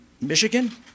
Michigan